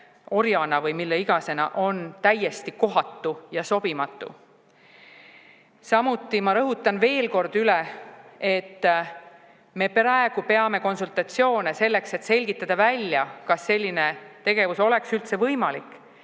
orjana või millena iganes, on täiesti kohatu ja sobimatu. Samuti ma rõhutan veel kord üle, et me praegu peame konsultatsioone selleks, et selgitada välja, kas selline tegevus oleks üldse võimalik,